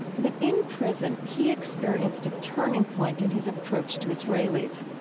but, in prison, he experienced a turning point in his approach to israelis.